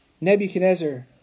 Nebuchadnezzar